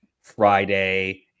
Friday